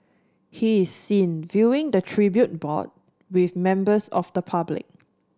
he is seen viewing the tribute board with members of the public